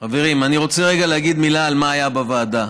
חברים, אני רוצה רגע להגיד מילה על מה היה בוועדה.